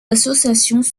associations